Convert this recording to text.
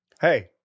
Hey